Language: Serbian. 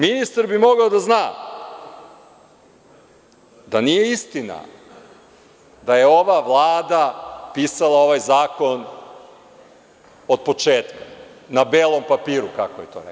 Ministar bi mogao da zna da nije istina da je ova Vlada pisala ovaj zakon otpočetka na belom papiru, kako je to neko.